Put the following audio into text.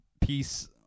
peace